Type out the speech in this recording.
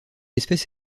espèce